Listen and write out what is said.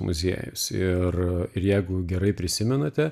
muziejus ir ir jeigu gerai prisimenate